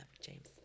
James